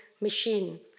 machine